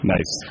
Nice